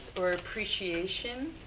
or appreciation,